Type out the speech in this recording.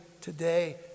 today